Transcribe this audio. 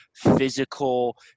physical